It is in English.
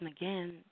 again